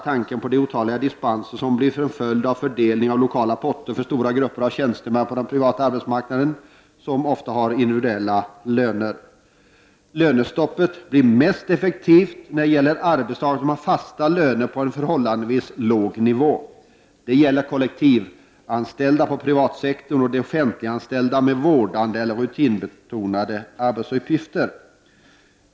Tänk bara på de otaliga dispensärenden som blir en följd av fördelning av lokala potter för de stora grupper av tjänstemän på den privata arbetsmarknaden som ofta har individuella löner. Lönestoppet blir mest effektivt när det gäller arbetstagare som har fasta löner på en förhållandevis låg nivå. Det gäller kollektivanställda på den privata sektorn och offentliganställda med vårdande eller rutinbetonade arbetsuppgifter.